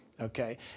Okay